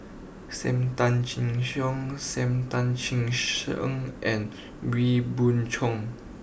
Sam Tan Chin Siong Sam Tan Chin Siong and Wee Beng Chong